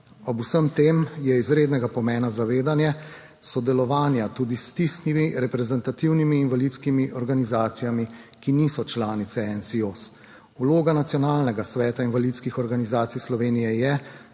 Ob vsem tem je izrednega pomena zavedanje sodelovanja tudi s tistimi reprezentativnimi invalidskimi organizacijami, ki niso članice NSIOS. Vloga Nacionalnega sveta invalidskih organizacij Slovenije je,